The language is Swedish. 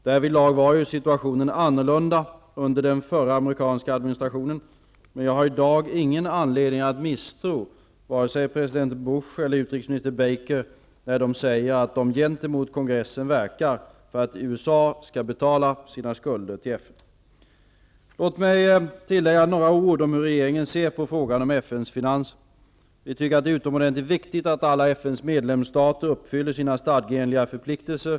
Därvidlag var situationen annorlunda under den förra administrationen, men jag har i dag ingen anledning att misstro president Bush och utrikesminister Baker när de säger att de gentemot kongressen verkar för att USA skall betala sina skulder till FN. Låt mig tillägga några ord om hur regeringen ser på frågan om FN:s finanser. Vi tycker det är utomordentligt viktigt att alla FN:s medlemsstater uppfyller sina stadgeenliga förpliktelser.